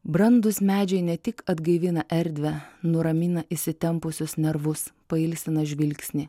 brandūs medžiai ne tik atgaivina erdvę nuramina įsitempusius nervus pailsina žvilgsnį